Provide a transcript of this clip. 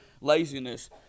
laziness